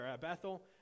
Bethel